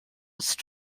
ist